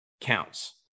counts